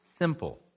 simple